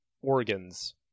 organs